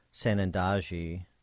Sanandaji